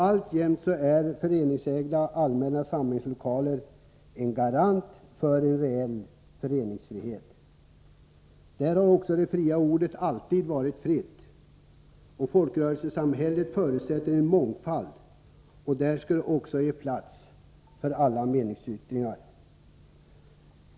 Alltjämt är föreningsägda allmänna samlingslokaler en garant för en reell föreningsfrihet. Där har det fria ordet alltid varit fritt. Folkrörelsesamhället förutsätter en mångfald, och där skall också finnas plats för alla meningsyttringar.